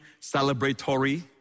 celebratory